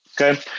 Okay